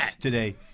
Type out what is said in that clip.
today